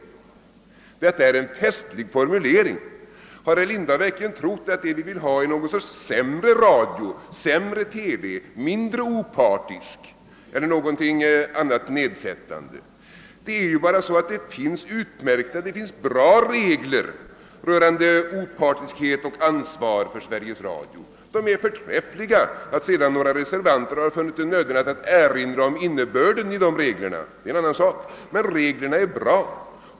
Har herr Lindahl verkligen trott att vi vill ha någon sorts sämre radio, sämre television, mindre opartisk eller någonting annat nedsättande? Det är bara så att det finns bra regler rörande opartiskhet och ansvar för Sveriges Radio. De är förträffliga. Att sedan några reservanter har funnit det nödvändigt att erinra om innebörden av dessa regler är en annan sak. Men reglerna är bra.